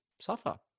suffer